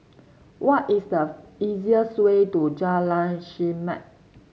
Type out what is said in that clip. what is the easiest way to Jalan Chermat